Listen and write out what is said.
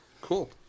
Cool